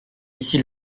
ici